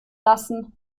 lassen